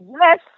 yes